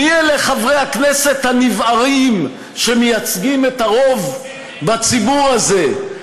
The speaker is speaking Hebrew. מי הם חברי הכנסת הנבערים שמייצגים את הרוב בציבור הזה?